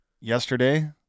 yesterday